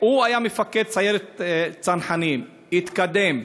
הוא היה מפקד סיירת הצנחנים, התקדם,